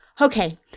Okay